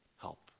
help